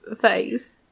face